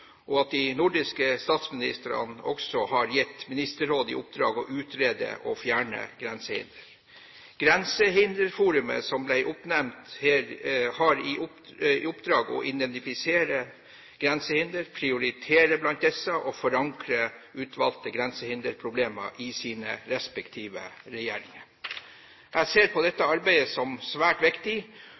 og at de nordiske statsministrene også har gitt Ministerrådet i oppdrag å utrede å fjerne grensehindre. Grensehinderforumet som ble oppnevnt, har i oppdrag å identifisere grensehinder, prioritere blant disse og forankre utvalgte grensehinderproblemer i sine respektive regjeringer. Jeg ser på dette arbeidet som svært viktig,